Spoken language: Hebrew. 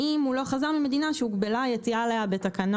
אם הוא לא חזר ממדינה שהוגבלה היציאה אליה בתקנות,